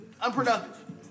unproductive